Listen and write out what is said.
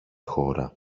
χώρα